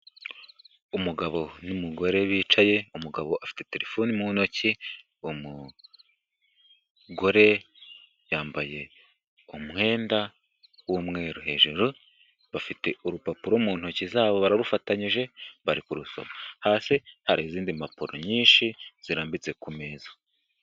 Umugabo n'umugore bicaye, umugabo afite terefoni mu ntoki, umugore yambaye umwenda w'umweru hejuru, bafite urupapuro mu ntoki zabo bararufatanyije, bari kurusoma. Hasi hari izindi mpapuro nyinshi zirambitse ku meza.